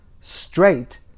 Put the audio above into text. straight